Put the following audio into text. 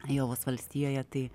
ajovos valstijoje tai